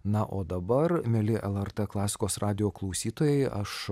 na o dabar mieli lrt klasikos radijo klausytojai aš